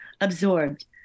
absorbed